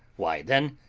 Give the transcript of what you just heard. why, then,